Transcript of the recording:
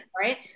right